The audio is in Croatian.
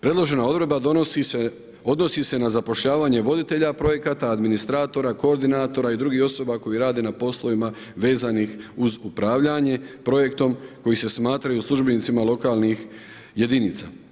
Predložena odredba odnosi se na zapošljavanje voditelja projekata, administratora, koordinatora i drugih osoba koji rade na poslovima vezanih uz upravljanje projektom koji se smatraju službenicima lokalnih jedinica.